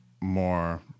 more